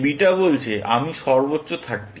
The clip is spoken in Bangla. এই বিটা বলছে আমি সর্বোচ্চ 30